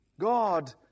God